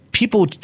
People